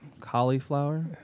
Cauliflower